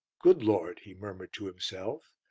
good lord! he murmured to himself.